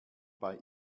bei